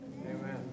Amen